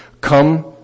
come